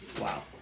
Wow